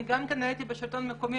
גם אני הייתי בשלטון המקומי,